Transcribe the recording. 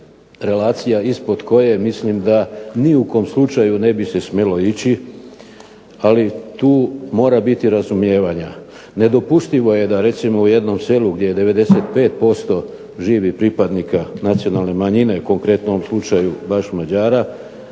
relacija ispod koje mislim da ni u kom slučaju ne bi se smjelo ići ali tu mora biti razumijevanja. Nedopustivo je da recimo u jednom selu gdje 95% živi pripadnika nacionalne manjine konkretno u ovom slučaju baš Mađara